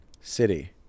City